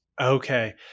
Okay